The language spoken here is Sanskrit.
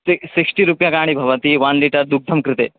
सि सिक्स्टि रूप्यकाणि भवन्ति वन् लिटर् दुग्धं कृते